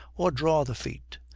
or draw the feet.